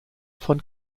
von